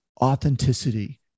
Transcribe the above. authenticity